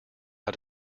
how